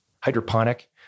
hydroponic